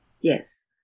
Yes